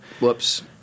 Whoops